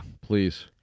please